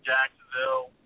Jacksonville